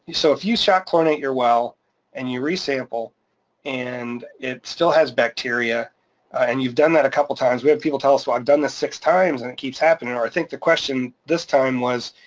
so if you shock chlorinate your well and you re sample and it still has bacteria and you've done that a couple of times, we have people tell us, so i've done this six times and it keeps happening, or i think the question this time was.